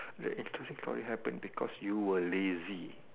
the only happen because you were lazy